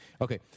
Okay